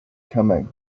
coming